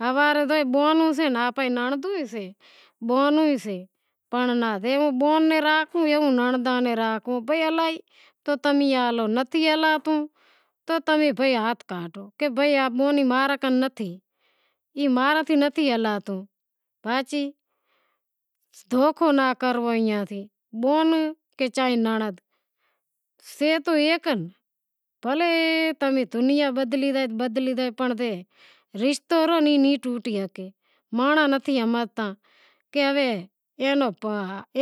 ہوارے زوئے بہنوں سے آنپڑوں ننڑندوں ئی سے بہنوں ئی سے، جیوو بہن نوں راکھوں ایوو ننڑنداں نیں راکھوں الائی تمیں ہالو، ای ماں را نتھی ہلاوتو باوی دوکھو ناں کرنوو بہنوں چاں ننڑند سے تو ایک، بھلیں دنیا بدلی زائے تو بدلی زائے پنڑ رشتو ناں ٹوٹے مانڑاں نتھی ہمزتا کہ ہوے کہ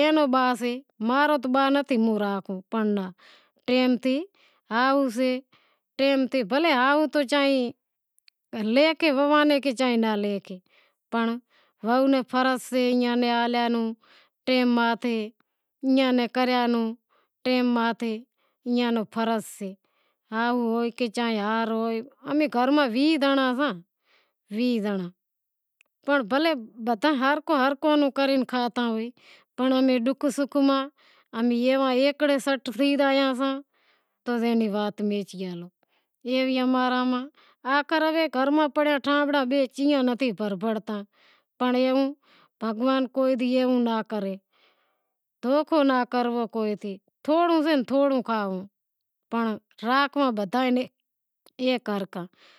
اینو با سے ماں رو تو با نتھی موں راکھوں پنڑ ناں، ٹیم تھی ہائو سے ٹیم تھیں بھلیں ہائو بھلیں وہوئاں نیں لیکھے چاں ناں لیکھے پنڑ وہو نی فرض سے ایئاں نیں ہالیاں نوں ٹیم ماتھے ایئاں نو فرض سے، ہائو ہوئے چاں ہاہر ہوئے امیں گھر میں ویہہ زانڑاں ساں ویہہ زانڑاں پنڑ بدہاں ہرکو پانجو پانجو کرے کھاتا ہوئیں پنڑ امیں ڈوکھ سوکھ ماں امیں ایک تھی زایاساں تو اینی وات نیں تھے آخر گھر میں پڑیا ٹھانبڑیا ئی ٹاکریں، دھوکو کے تھیں کرنوو